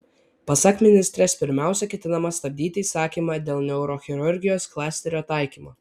pasak ministrės pirmiausia ketinama stabdyti įsakymą dėl neurochirurgijos klasterio taikymo